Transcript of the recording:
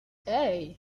hey